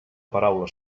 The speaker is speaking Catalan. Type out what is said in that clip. paraula